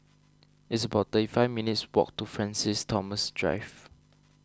it's about thirty five minutes' walk to Francis Thomas Drive